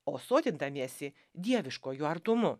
o sotindamiesi dieviškuoju artumu